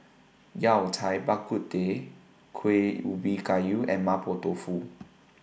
Yao Cai Bak Kut Teh Kuih Ubi Kayu and Mapo Tofu